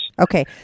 Okay